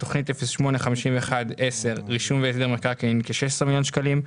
בתוכנית 08-51-10 רישום והסדר מקרקעין: כ-16 מיליון שקלים.